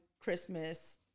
Christmas